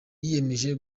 yiyemeje